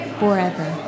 forever